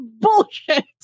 bullshit